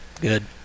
Good